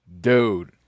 Dude